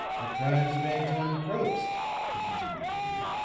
the crimes of anton probst he continued to read,